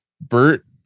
Bert